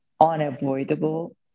unavoidable